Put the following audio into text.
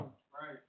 Right